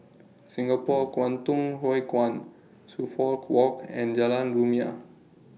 Singapore Kwangtung Hui Kuan Suffolk Walk and Jalan Rumia